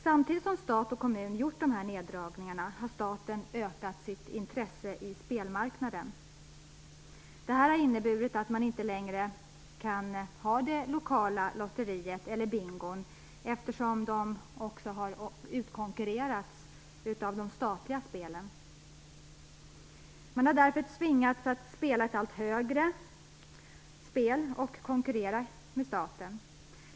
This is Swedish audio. Samtidigt som stat och kommun gjort dessa neddragningar har staten ökat sitt intresse i spelmarknaden. Det har inneburit att man inte längre kan ha lokala lotterier eller bingo eftersom dessa har utkonkurrerats av de statliga spelen. Man har därför tvingats spela ett allt högre spel, och konkurrera med staten.